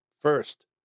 First